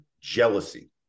Jealousy